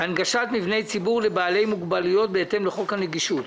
הנגשת מבני ציבור לבעלי מוגבלויות בהתאם לחוק הנגישות.